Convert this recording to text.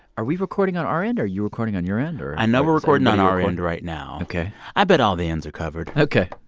are we recording on our end? are you recording on your end? or. i know we're recording on our end right now ok i bet all the ends are covered ok.